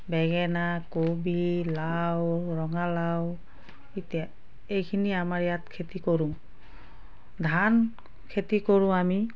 বেঙেনা কবি লাও ৰঙালাও এতিয়া এইখিনি আমাৰ ইয়াত খেতি কৰোঁ ধান খেতি কৰোঁ আমি